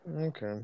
Okay